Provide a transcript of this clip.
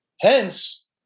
Hence